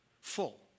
full